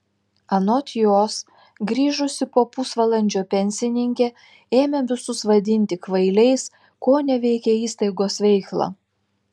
anot jos grįžusi po pusvalandžio pensininkė ėmė visus vadinti kvailiais koneveikė įstaigos veiklą